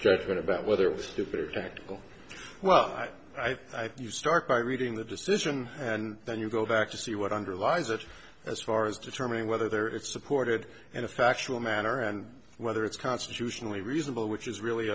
judgment about whether it was stupid or tactical well i think you start by reading the decision and then you go back to see what underlies it as far as determining whether it's supported in a factual manner and whether it's constitutionally reasonable which is really